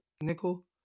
nickel